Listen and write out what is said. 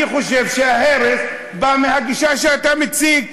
אני חושב שההרס בא מהגישה שאתה מציג,